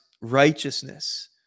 righteousness